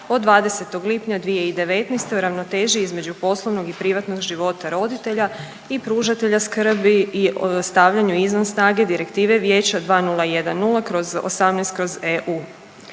od 20. lipnja 2019. o ravnoteži između poslovnog i privatnog života roditelja i pružatelja skrbi i stavljanju izvan snage Direktive vijeća 2012/18/EU.